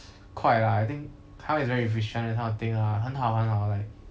quite lah I think taiwan is very efficient that kind of thing ah 很好很好 like